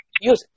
use